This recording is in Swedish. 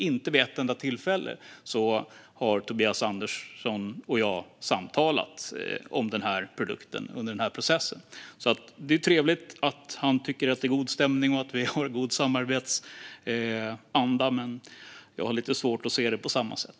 Inte vid ett enda tillfälle har Tobias Andersson och jag samtalat om denna produkt under denna process. Det är trevligt att han tycker att det är god stämning och samarbetsanda, men jag har svårt att se det på samma sätt.